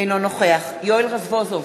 אינו נוכח יואל רזבוזוב,